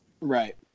right